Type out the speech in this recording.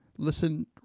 Listen